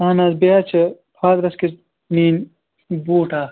اَہَن حظ بیٚیہِ حظ چھِ فادرَس کِیُتھ نِنۍ بوٗٹھ اَکھ